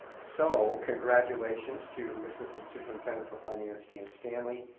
so congratulations to assistant superintendent for finance, dan stanley,